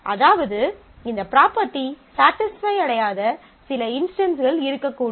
அதாவது இந்த property satisfy அடையாத சில இன்ஸ்டன்ஸ்கள் இருக்கக்கூடும்